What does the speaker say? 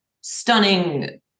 stunning